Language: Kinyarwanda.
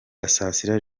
gasasira